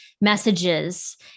messages